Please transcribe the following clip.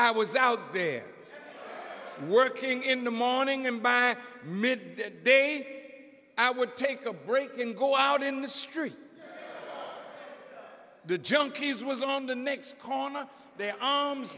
i was out there working in the morning and by mid day i would take a break and go out in the street the junkie's was on the next corner the